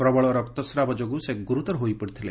ପ୍ରବଳ ରକ୍ତସ୍ରାବ ଯୋଗୁଁ ସେ ଗୁରୁତର ହୋଇପଡିଥିଲେ